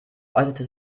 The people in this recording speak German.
äußerte